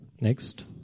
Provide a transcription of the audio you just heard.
Next